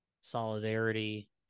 solidarity